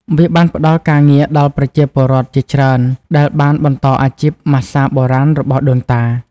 វាបានផ្តល់ការងារដល់ប្រជាពលរដ្ឋជាច្រើនដែលបានបន្តអាជីពម៉ាស្សាបុរាណរបស់ដូនតា។